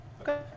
Okay